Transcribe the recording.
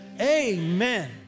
Amen